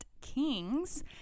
Kings